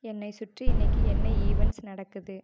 என்னை சுற்றி இன்னைக்கு என்ன ஈவெண்ட்ஸ் நடக்குது